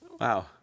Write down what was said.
wow